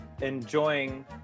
enjoying